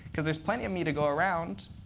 because there's plenty of me to go around.